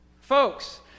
Folks